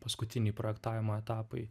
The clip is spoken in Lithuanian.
paskutiniai projektavimo etapai